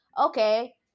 Okay